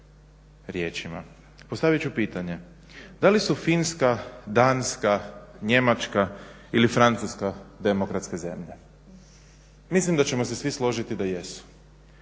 riječima. Postavit ću pitanje da li su Finska, Danska, Njemačka ili Francuska demokratske zemlje? Mislim da ćemo se svi složiti da jesu.